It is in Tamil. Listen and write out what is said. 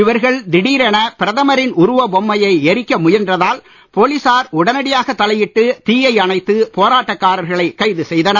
இவர்கள் திடீரென பிரதமரின் உருவ பொம்மையை எரிக்க முயன்றதால் போலீசார் உடனடியாக தலையிட்டு தீ யை அணைத்து போராட்டக் காரர்களை கைது செய்தனர்